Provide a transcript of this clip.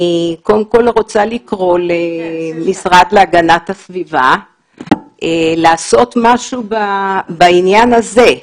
אני קודם כל רוצה לקרוא למשרד להגנת הסביבה לעשות משהו בעניין הזה.